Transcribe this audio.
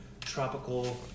tropical